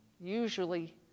usually